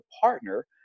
partner